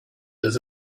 does